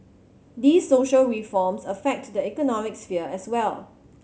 these social reforms affect the economic sphere as well